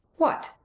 what!